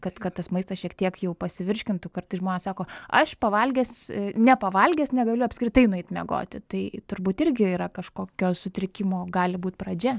kad kad tas maistas šiek tiek jau pasivirškintų kartais žmonės sako aš pavalgęs nepavalgęs negaliu apskritai nueit miegoti tai turbūt irgi yra kažkokio sutrikimo gali būt pradžia